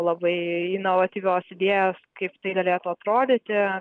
labai inovatyvios idėjos kaip tai galėtų atrodyti